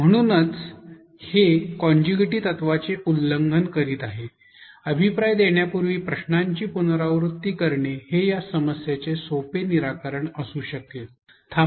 म्हणूनच हे कॉन्टिग्युएटी तत्त्वाचे उल्लंघन करीत आहे अभिप्राय देण्यापूर्वी प्रश्नांची पुनरावृत्ती करणे हे या समस्येचे सोपे निराकरण असू शकेल